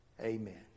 Amen